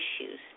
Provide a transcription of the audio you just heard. issues